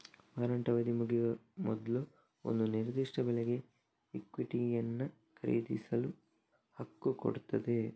warrant ಅವಧಿ ಮುಗಿಯುವ ಮೊದ್ಲು ಒಂದು ನಿರ್ದಿಷ್ಟ ಬೆಲೆಗೆ ಇಕ್ವಿಟಿಯನ್ನ ಖರೀದಿಸಲು ಹಕ್ಕು ಕೊಡ್ತದೆ